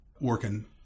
working